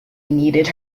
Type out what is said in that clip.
needed